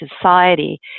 society